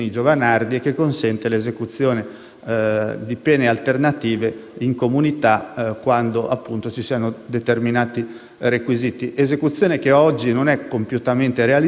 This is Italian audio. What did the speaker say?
di pene alternative in comunità quando appunto ci siano determinati requisiti, esecuzione che oggi non è compiutamente realizzata perché molte Regioni non mettono